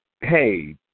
hey